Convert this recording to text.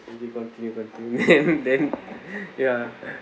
okay continue continue then then ya